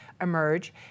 emerge